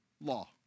law